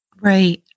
Right